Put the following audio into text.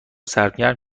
سرگرم